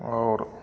आओर